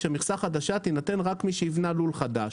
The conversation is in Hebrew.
שמכסה חדשה תינתן רק משנבנה לול חדש,